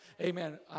Amen